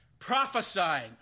prophesying